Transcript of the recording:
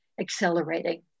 accelerating